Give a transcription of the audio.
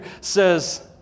says